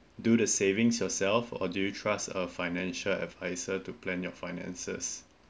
do the savings yourself or do you trust a financial adviser to plan for your finances